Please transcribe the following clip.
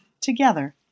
together